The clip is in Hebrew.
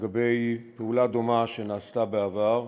מפעולה דומה שנעשתה בעבר.